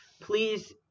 please